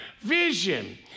vision